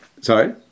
Sorry